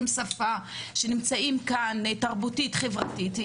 את השפה ונמצאים כאן תרבותית חברתית,